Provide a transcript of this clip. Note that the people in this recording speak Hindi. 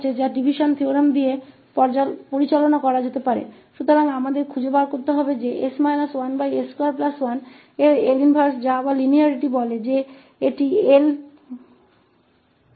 तो यहाँ हमारे पास यह s है जिसे इस विभाजन प्रमेय के साथ नियंत्रित किया जा सकता है